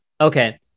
Okay